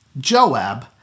Joab